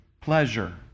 pleasure